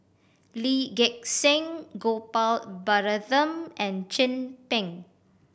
Lee Gek Seng Gopal Baratham and Chin Peng